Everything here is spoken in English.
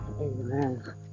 Amen